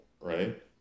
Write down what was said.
right